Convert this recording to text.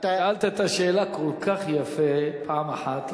שאלת את השאלה כל כך יפה פעם אחת,